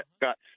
got